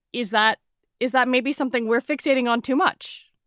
is that is that maybe something we're fixating on too much?